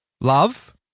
love